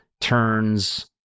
turns